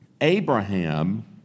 Abraham